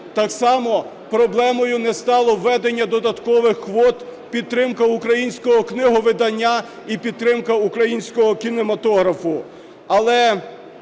Так само проблемою не стало введення додаткових квот – підтримка українського книговидання і підтримка українського кінематографу.